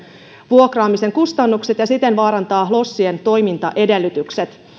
vuokraamisen kustannukset ja siten vaarantaa lossien toimintaedellytykset